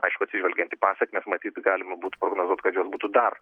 aišku atsižvelgiant į pasekmes matyt galima būtų prognozuot kad jos būtų dar